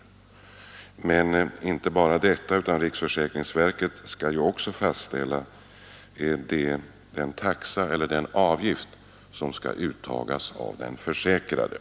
Riksförsäkringsverket skall också fastställa den taxa eller den avgift som skall uttagas av den försäkrade.